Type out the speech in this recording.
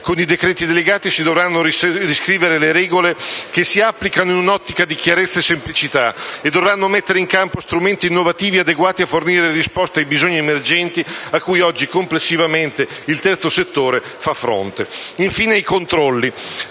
Con i decreti delegati si dovranno riscrivere le regole che si applicano in un'ottica di chiarezza e semplicità e dovranno mettere in campo strumenti innovativi adeguati a fornire risposte ai bisogni emergenti cui oggi complessivamente il terzo settore fa fronte. I controlli